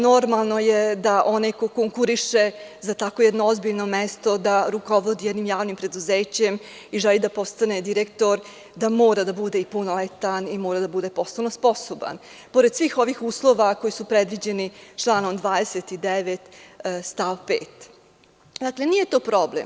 Normalno je da onaj ko konkuriše za tako jedno ozbiljno mesto, da rukovodi jednim javnim preduzećem i želi da postane direktor, da mora da bude i punoletan i mora da bude poslovno sposoban, pored svih ovih uslova koji su predviđeni članom 29. stav 5. Dakle, nije to problem.